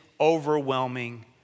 overwhelming